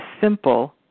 simple